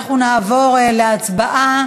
אנחנו נעבור להצבעה